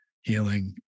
healing